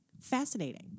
Fascinating